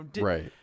Right